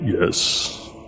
Yes